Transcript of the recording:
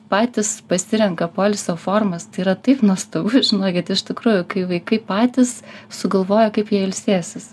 patys pasirenka poilsio formas tai yra taip nuostabu žinokit iš tikrųjų kai vaikai patys sugalvoja kaip jie ilsėsis